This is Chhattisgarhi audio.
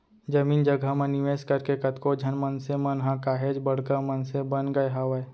जमीन जघा म निवेस करके कतको झन मनसे मन ह काहेच बड़का मनसे बन गय हावय